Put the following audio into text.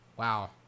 Wow